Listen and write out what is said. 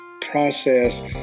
process